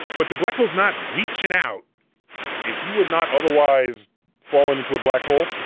but the black hole's not reaching out if you were not otherwise falling into a black hole,